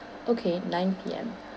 okay nine P_M